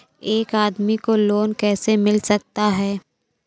एक आदमी को लोन कैसे मिल सकता है?